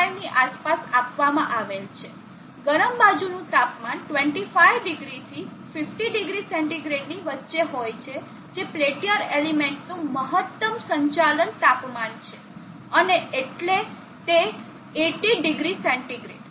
95 ની આસપાસ આપવામાં આવે છે ગરમ બાજુનું તાપમાન 250 થી 500 સેન્ટિગ્રેડની વચ્ચે હોય છે જે પેલ્ટીઅર એલિમેન્ટ નું મહત્તમ સંચાલન તાપમાન છે અને એટલે કે 800 સેન્ટીગ્રેડ